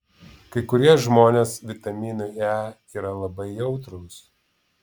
kai kurie žmonės vitaminui e yra labai jautrūs